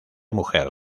mujer